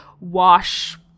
wash